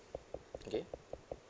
okay